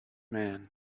man